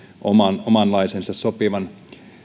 omanlaisensa sopivan